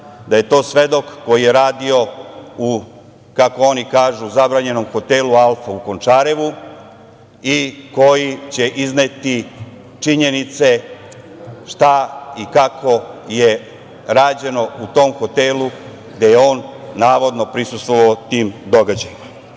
da je to svedok koji je radio, kako oni kažu, zabranjenom hotelu „Alfa“ u Končarevu i koji će izneti činjenice šta i kako je rađeno u tom hotelu gde je on, navodno, prisustvovao tim događajima. Da